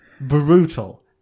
brutal